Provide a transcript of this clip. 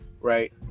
right